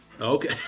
Okay